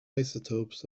isotopes